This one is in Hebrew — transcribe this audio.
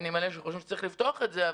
צריך לפתוח את זה.